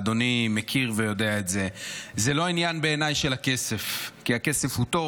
בעיניי, זה לא עניין של הכסף, כי הכסף הוא טוב.